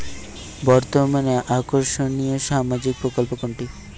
বর্তমানে আকর্ষনিয় সামাজিক প্রকল্প কোনটি?